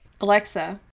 Alexa